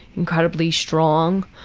incredibly strong,